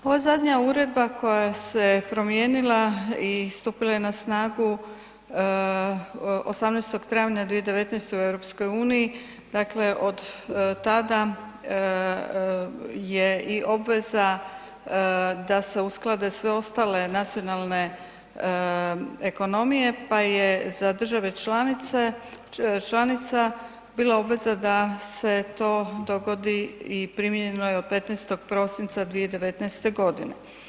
Ova zadnja uredba koja se promijenila i stupila je na snagu 18. travnja 2019. u EU, dakle od tada je i obveza da se usklade sve ostale nacionalne ekonomije pa je za države članica bila obveza de se to dogodi i primijenjeno je od 15. prosinca 2019. godine.